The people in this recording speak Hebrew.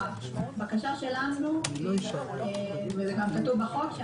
הבקשה שלנו וזה גם כתוב בחוק היא